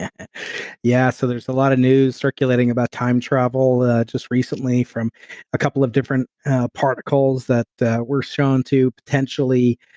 and yeah, so there's a lot of news circulating about time travel just recently from a couple of different particles that that we're shown to potentially,